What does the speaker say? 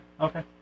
Okay